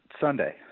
Sunday